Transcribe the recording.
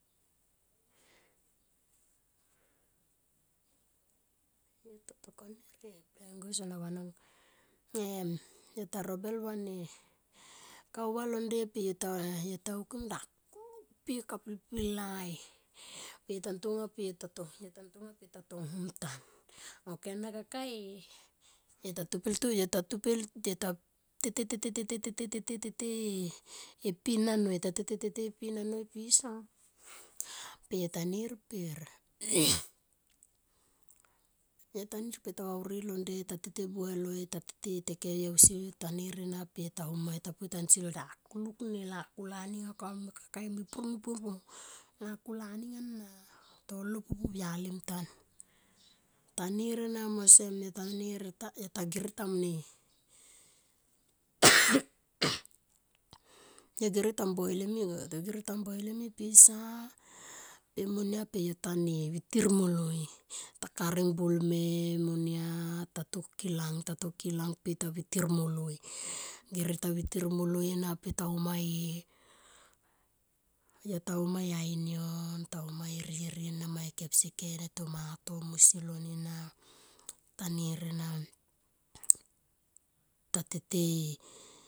Em yo ta robel va ne kau va la nde pe yota hukim dakulik pe kapil pila pe yonta tonga pe yo tatong hum ntan ok ana kaka e yo ta topel yo ta te te te te e pin anoy te te te te e pin anoy pisa per yo ta nir per ta va uri hi londe ta tete e buhe loi ta tete e teke yo ausi ta nir ena ta umai ta poi tansi lo dukulik e lakula ni nga kame kakae mepur mepus ma. Lakula ninga and tob pupu au yali mtam ma tanir ena em osem yo ta nir yota gere ta ne yo gere ta mboilim i ga ta mboilim i pisa pe monia tu vitir moloi pe ta kaning bul me monia ta to kilang tatokilang pe ta vitir moloi gere ta vitir ena pe ta uma e, yo ta u. s e inion ta uma e rie rie nama pesiken e tomato mosi lon ena tanin ena ta tete.